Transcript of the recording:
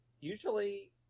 usually